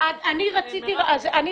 מי